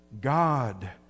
God